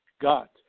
got